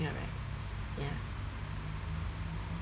correct ya